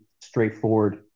straightforward